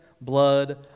blood